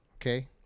okay